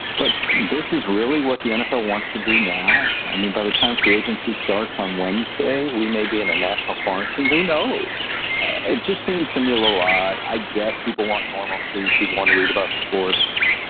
but this is really what the nfl wants to do now. i mean, by the time free agency starts on wednesday, we may be in a national quarantine. who knows? it just seems to me a lot. i get people want normalcy. people want to read about sports.